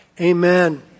Amen